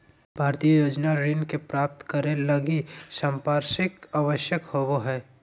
भारतीय योजना ऋण के प्राप्तं करे लगी संपार्श्विक आवश्यक होबो हइ